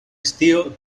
estío